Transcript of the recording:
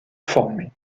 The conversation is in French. former